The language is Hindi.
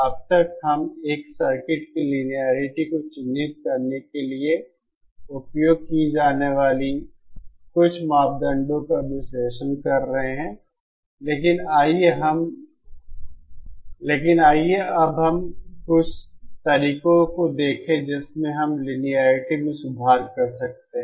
अब तक हम एक सर्किट की लिनियेरिटी को चिह्नित करने के लिए उपयोग किए जाने वाले कुछ मापदंडों का विश्लेषण कर रहे हैं लेकिन आइए अब हम कुछ तरीकों को देखें जिसमें हम लिनियेरिटी में सुधार कर सकते हैं